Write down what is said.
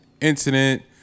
incident